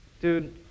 dude